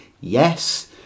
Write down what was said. Yes